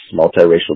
multiracial